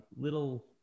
little